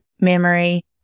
memory